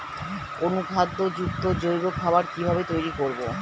অনুখাদ্য যুক্ত জৈব খাবার কিভাবে তৈরি করব?